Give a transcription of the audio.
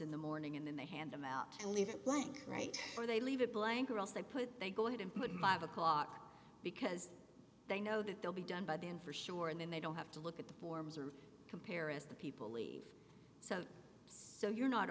in the morning and then they hand them out and leave it blank right or they leave it blank or else they put they go ahead and put mob o'clock because they know that they'll be done by then for sure and then they don't have to look at the forms or compare as the people leave so so you're not